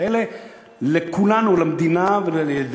כדי להבהיר שאנחנו באים לתקן את המעמד של ההורה,